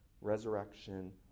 resurrection